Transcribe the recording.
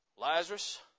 Lazarus